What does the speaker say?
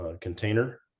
container